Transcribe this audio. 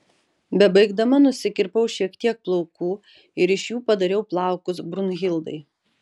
bebaigdama nusikirpau šiek tiek plaukų ir iš jų padariau plaukus brunhildai